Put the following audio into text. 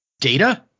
Data